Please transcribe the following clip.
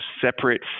separate